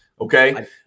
okay